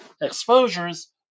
exposures